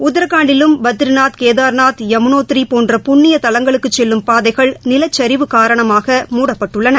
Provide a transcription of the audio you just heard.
உத்ராகண்டிலும் பத்ரிநாத் கேதார்நாத் யமுனோத்ரி போன்ற புண்ணிய தலங்களுக்குச் செல்லும் பாதைகள் நிலச்சரிவு காரணமாக மூடப்பட்டுள்ளன